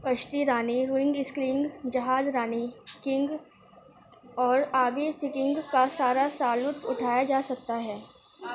کشتی رانی rowing sculling جہاز رانی کنگ اور آبی سکینگ کا سارا سال لطف اٹھایا جا سکتا ہے